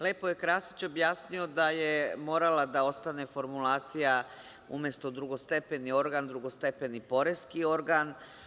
Lepo je Krasić objasnio da je morala da ostane formulacija umesto drugostepeni organ, drugostepeni poreski organ.